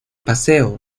paseo